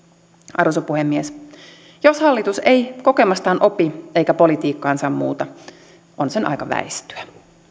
arvoisa puhemies jos hallitus ei kokemastaan opi eikä politiikkaansa muuta on sen aika väistyä